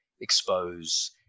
expose